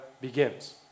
begins